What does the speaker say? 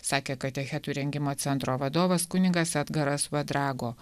sakė katechetų rengimo centro vadovas kunigas edgaras vadrago